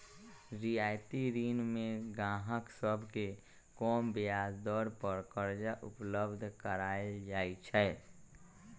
रियायती ऋण में गाहक सभके कम ब्याज दर पर करजा उपलब्ध कराएल जाइ छै